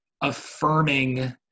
affirming